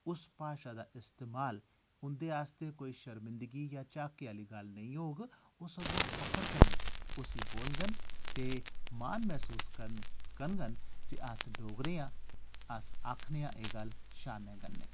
ते उस भाशा दा इस्तेमाल उं'दे आस्तै कोई शर्मिंदगी या झाके आह्ली गल्ल नेईं होग ओह् सगुआं फख्र कन्नै उसी बोलङन ते मान मसूस करङन जे अस डोगरे आं अस आखने आं एह् गल्ल शान्ना कन्नै